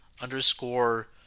underscore